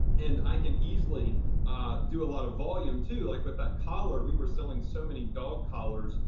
and i can easily do a lot of volume too, like with that collar. we were selling so many dog collars,